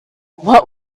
what